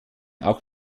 auch